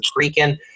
freaking